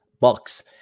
Bucks